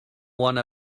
one